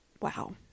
wow